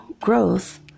growth